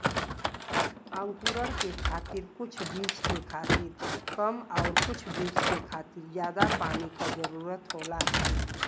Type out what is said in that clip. अंकुरण के खातिर कुछ बीज के खातिर कम आउर कुछ बीज के खातिर जादा पानी क जरूरत होला